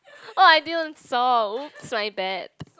oh I didn't saw oops my bad